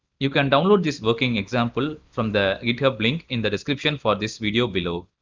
you can download this working example from the github link in the description for this video below.